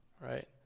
right